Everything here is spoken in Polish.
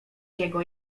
jego